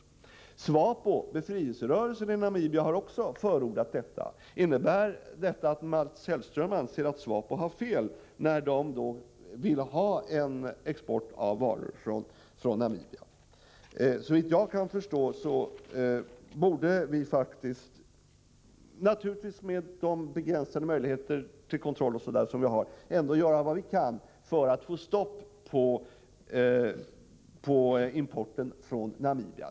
Även SWAPO, befrielserörelsen i Namibia, har förordat detta exportförbud. Anser Mats Hellström att SWAPO har fel, när organisationen vill ha ett förbud mot export av varor från Namibia? Såvitt jag kan förstå borde vi faktiskt, naturligtvis med de begränsade möjligheter till kontroll som vi har, ändå göra vad vi kan för att få stopp på importen från Namibia.